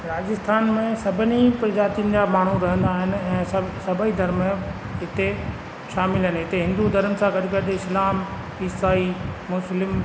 राजस्थान में सभिनी प्रजाति जा माण्हू रहंदा आहिनि ऐं सभई धर्म हिते शामिलु आहिनि हिन सां गॾु गॾु इस्लाम ईसाई मुस्लिम